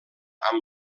amb